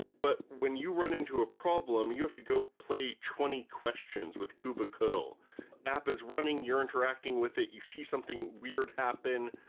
but when you run into a problem, you have to go play twenty questions with kubctl. app is running. you're interacting with it. you see something weird happen.